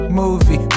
movie